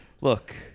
look